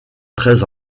treize